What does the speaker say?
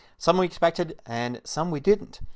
some we expected and some we didn't.